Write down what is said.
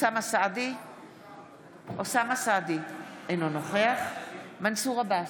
אוסאמה סעדי, אינו נוכח מנסור עבאס,